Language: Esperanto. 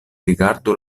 rigardu